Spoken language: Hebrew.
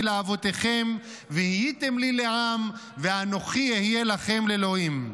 לאבֹתיכם והייתם לי לעם ואנֹכי אהיה לכם לאלֹהים".